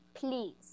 Please